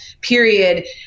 period